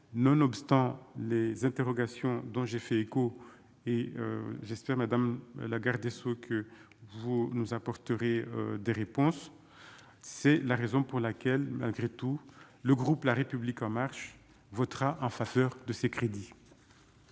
nonobstant les interrogations dont j'ai fait écho et j'espère Madame la garde des Sceaux, que vous nous apporterez des réponses, c'est la raison pour laquelle, malgré tout, le groupe La République en marche votera en faveur de ces crédits.